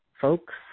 folks